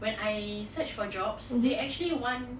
when I search for jobs they actually want